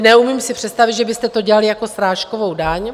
Neumím si představit, že byste to dělali jako srážkovou daň.